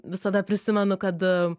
visada prisimenu kad